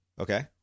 Okay